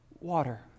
Water